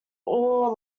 all